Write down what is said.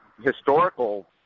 historical